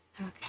Okay